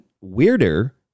weirder